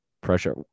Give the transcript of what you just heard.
pressure